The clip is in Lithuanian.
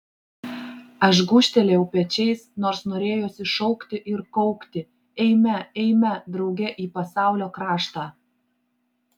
aš gūžtelėjau pečiais nors norėjosi šaukti ir kaukti eime eime drauge į pasaulio kraštą